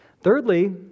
Thirdly